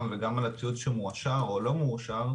וגם על הציוד שמאושר או לא מאושר.